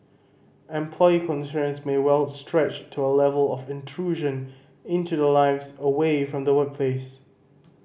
employee concerns may well stretch to a level of intrusion into their lives away from the workplace